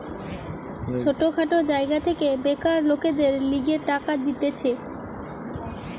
ছোট খাটো জায়গা থেকে বেকার লোকদের লিগে টাকা দিতেছে